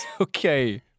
Okay